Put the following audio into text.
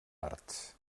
arts